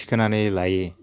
थिखांनानै लायो